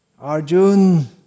Arjun